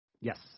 Yes